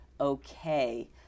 okay